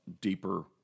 deeper